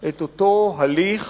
את אותו הליך